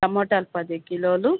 టమోటాలు పది కిలోలు